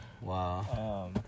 Wow